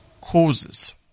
causes